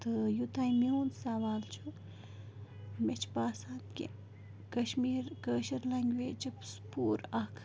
تہٕ یوٚتام میون سوال چھُ مےٚ چھِ باسان کہِ کَشمیٖر کٲشِر لٮ۪نٛگویج چھِ سہ پوٗرٕ اَکھ